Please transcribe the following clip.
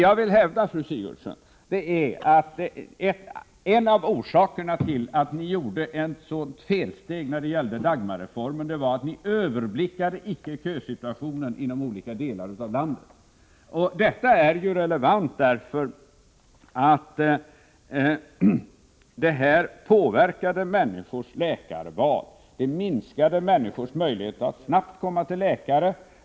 Jag vill, fru Sigurdsen, hävda att en av orsakerna till att ni gjorde ett sådant felsteg när det gällde Dagmarreformen var att ni icke överblickade kösitu ationen i olika delar av landet. Detta hade varit relevant, eftersom det — Nr 155 påverkade människors läkarval. Det minskade människors möjligheter att Torsdagen den snabbt komma till läkare.